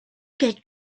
get